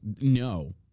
No